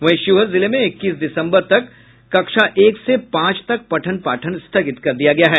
वहीं शिवहर जिले में इक्कीस दिसम्बर तक कक्षा एक से पांच तक पठन पाठन स्थगित कर दिया गया है